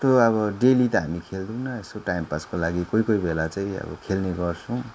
त्यस्तो अब डेली त हामी खेल्दुनँ यसो टाइम पासको लागि कोही कोही बेला चाहिँ खेल्ने गर्छौँ